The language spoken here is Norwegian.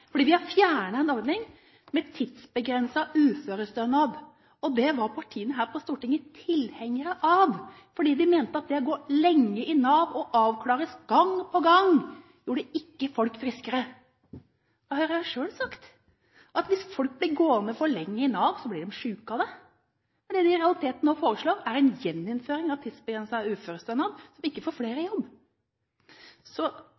fordi vi har fjernet en ordning med tidsbegrenset uførestønad. Det var partiene her på Stortinget tilhengere av, fordi de mente at det å gå lenge i Nav og avklares gang på gang ikke gjorde folk friskere. Høyre har selv sagt at hvis folk blir gående for lenge i Nav, blir de syke av det. Men det de i realiteten nå foreslår, er en gjeninnføring av tidsbegrenset uførestønad og ikke få flere inn. Så